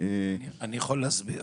אני יכול להסביר.